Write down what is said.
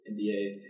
NBA